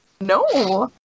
No